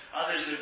others